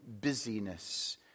busyness